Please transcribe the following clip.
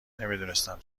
نمیدونستم